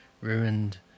ruined